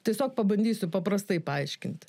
tiesiog pabandysiu paprastai paaiškinti